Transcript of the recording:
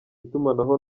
itumanaho